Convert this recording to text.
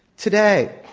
today,